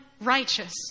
righteous